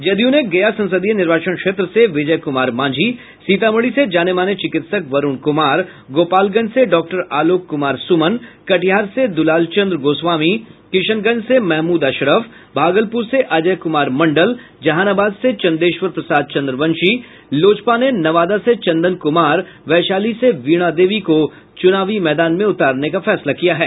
जदयू ने गया संसदीय निर्वाचन क्षेत्र से विजय कुमार मांझी सीतामढ़ी से जानेमाने चिकित्सक वरूण कुमार गोपालगंज से डॉक्टर आलोक कुमार सुमन कटिहार से दुलालचन्द्र गोस्वामी किशनगंज से महमूद अशरफ भागलपुर से अजय कुमार मंडल जहानाबाद से चन्देश्वर प्रसाद चन्द्रवंशी लोजपा ने नवादा से चंदन कुमार वैशाली से वीणा देवी को चुनावी मैदान में उतारने का फैसला किया है